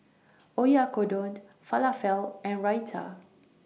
Oyakodon Falafel and Raita